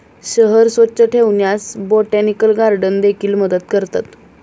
शहर स्वच्छ ठेवण्यास बोटॅनिकल गार्डन देखील मदत करतात